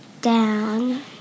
down